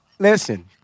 Listen